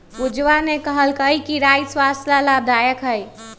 पूजवा ने कहल कई कि राई स्वस्थ्य ला लाभदायक हई